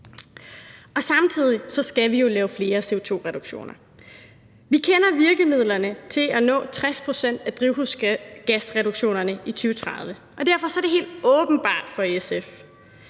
Samtidig skal vi jo lave flere CO2-reduktioner. Vi kender virkemidlerne til at nå 60 pct. af drivhusgasreduktionerne i 2030. Derfor er det helt åbenbart for SF,